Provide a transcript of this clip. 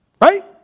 right